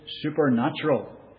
supernatural